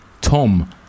Tom